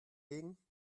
legen